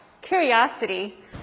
curiosity